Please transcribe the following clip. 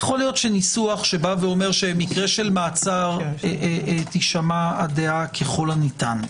יכול להיות שניסוח שאומר שמקרה מעצר תישמע הדעה ככל הניתן.